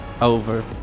over